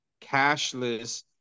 cashless